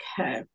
Okay